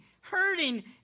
hurting